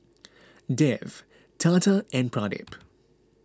Dev Tata and Pradip